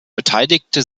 beteiligte